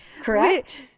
Correct